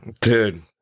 dude